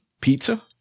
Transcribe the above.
pizza